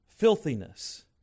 Filthiness